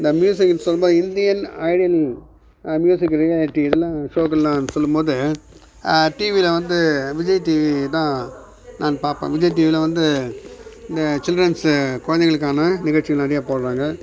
தி மியூசிக்குன்னு சொன்னால் Indian Idol music reality இதெலாம் ஷோக்கெலாம் சொல்லும்போது டிவியில் வந்து விஜய் டிவி தான் நான் பார்ப்பேன் விஜய் டிவியில் வந்து இந்த சில்ரென்ஸ்ஸு குழந்தைகளுக்கான நிகழ்ச்சி நிறையா போடுறாங்க